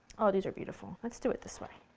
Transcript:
oh these are beautiful, let's do it this way.